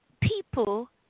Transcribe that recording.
people